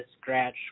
scratch